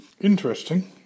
interesting